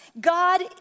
God